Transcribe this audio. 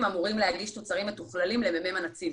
אמורים להגיש תוצרים מתוכללים למ"מ הנציב